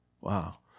Wow